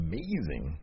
Amazing